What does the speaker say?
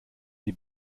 die